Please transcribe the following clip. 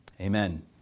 Amen